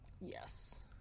Yes